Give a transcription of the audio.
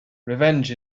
revenge